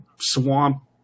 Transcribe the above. swamp